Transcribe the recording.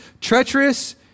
treacherous